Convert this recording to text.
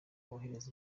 bohereza